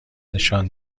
نشان